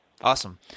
Awesome